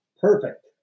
Perfect